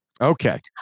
Okay